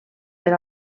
per